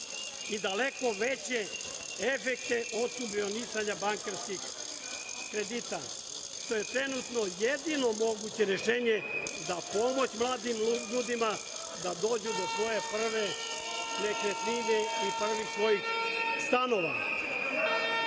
i daleko veće efekte od subvencionisanja bankarskih kredita, što je trenutno jedino moguće rešenje za pomoć mladim ljudima, da dođu do svoje prve nekretnine i prvih svojih stanova. Kod